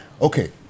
Okay